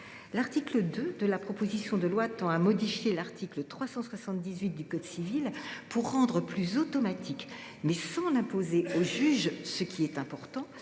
L’article 2 de la proposition de loi tend à modifier l’article 378 du code civil pour rendre plus automatique, mais sans l’imposer au juge – ce qui est important